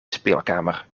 speelkamer